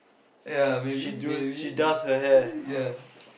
ya maybe maybe ya